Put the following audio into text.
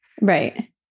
Right